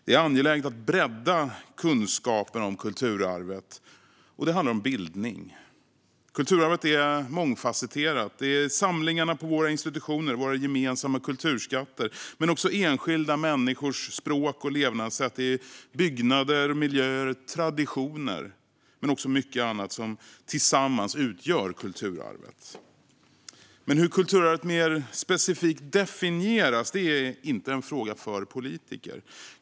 Det är angeläget att bredda kunskapen om kulturarvet, och det handlar om bildning. Kulturarvet är mångfasetterat. Det är samlingarna på våra institutioner, våra gemensamma kulturskatter. Men det är också enskilda människors språk och levnadssätt, byggnader och miljöer, traditioner och mycket annat som tillsammans utgör kulturarvet. Men hur kulturarvet mer specifikt definieras är inte en fråga för politiker.